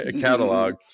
catalog